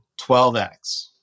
12x